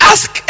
Ask